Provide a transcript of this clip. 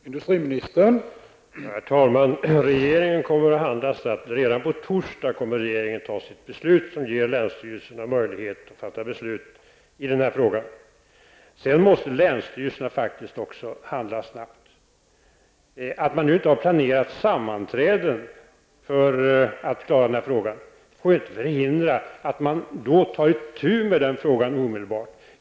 Herr talman! Regeringen kommer att handla snabbt. Redan på torsdag kommer regeringen att fatta sitt beslut som ger länsstyrelserna möjlighet att fatta beslut i denna fråga. Sedan måste också länsstyrelserna handla snabbt. Att man nu inte har planerat sammanträden för att klara denna fråga får inte förhindra att man tar itu med den omedelbart.